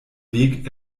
weg